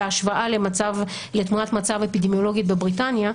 בהשוואה לתמונת מצב אפידמיולוגית בבריטניה,